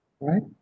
right